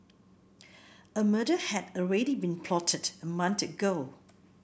a murder had already been plotted a month ago